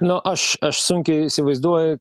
no aš aš sunkiai įsivaizduoju